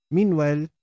Meanwhile